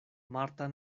marta